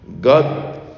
God